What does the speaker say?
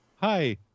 hi